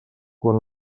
quan